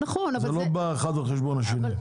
זה לא בא אחד על חשבון השני.